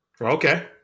Okay